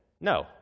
No